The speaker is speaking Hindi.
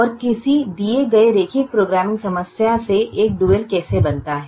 और किसी दिए गए रैखिक प्रोग्रामिंग समस्या से एक डुअल कैसे बनता है